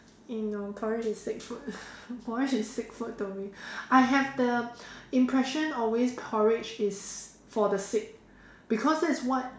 eh no porridge is sick food porridge is sick food to me I have the impression always porridge is for the sick because that's what